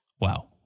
Wow